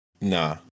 Nah